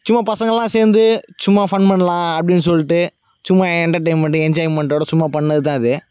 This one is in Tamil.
சும்மா பசங்களெலாம் சேர்ந்து சும்மா ஃபன் பண்ணலாம் அப்டின்நு சொல்லிட்டு சும்மா என்டர்டெயின்மென்ட்டு என்ஜாய்மென்ட்டோட சும்மா பண்ணிணதுதான் அது